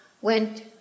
went